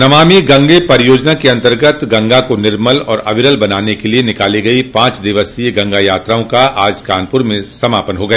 नमामि गंगे परियोजना के अन्तर्गत गंगा को निर्मल और अविरल बनाने के लिये निकाली गई पांच दिवसीय गंगा यात्राओं का आज कानपुर में समापन हो गया